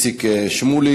כמובן.